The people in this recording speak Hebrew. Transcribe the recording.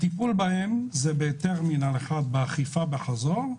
הטיפול בהם הוא בטרמינל 1, באכיפה בחזור.